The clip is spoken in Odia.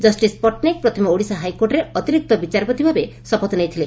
ଜଷିସ୍ ପଟ୍ଟନାୟକ ପ୍ରଥମେ ଓଡ଼ିଶା ହାଇକୋର୍ଟରେ ଅତିରିକ୍ତ ବିଚାରପତି ଭାବେ ଶପଥ ନେଇଥିଲେ